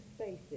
spaces